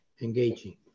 engaging